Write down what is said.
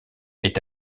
est